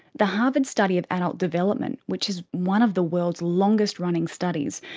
the harvard study of adult development, which is one of the world's longest running studies,